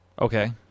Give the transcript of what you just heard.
Okay